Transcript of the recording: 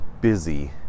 busy